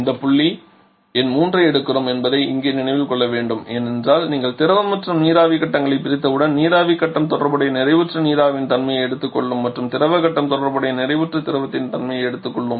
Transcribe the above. இந்த புள்ளி எண் 3 ஐ எடுக்கிறோம் என்பதை இங்கே நினைவில் கொள்ள வேண்டும் ஏனென்றால் நீங்கள் திரவ மற்றும் நீராவி கட்டங்களை பிரித்தவுடன் நீராவி கட்டம் தொடர்புடைய நிறைவுற்ற நீராவியின் தன்மையை எடுத்துக் கொள்ளும் மற்றும் திரவ கட்டம் தொடர்புடைய நிறைவுற்ற திரவத்தின் தன்மையை எடுத்துக் கொள்ளும்